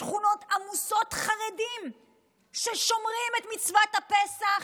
שכונות עמוסות חרדים ששומרים את מצוות הפסח,